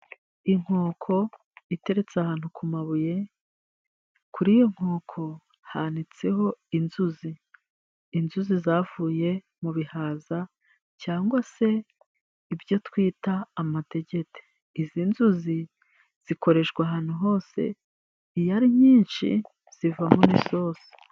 Inkoko iteretse ahantu ku mabuye, kuri iyi nkoko hanitseho inzuzi. Inzuzi zavuye mu bihaza cyangwa se ibyo twita amadegede. Izi nzuzi zikoreshwa ahantu hose, iyo ari nyinshi zivamo n'isosi.